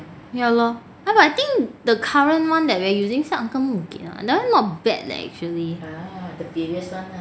ya lor !huh! but I think the current [one] that we are using 是 uncle 给的 leh that [one] not bad leh actually